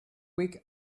week